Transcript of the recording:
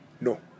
No